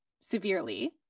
severely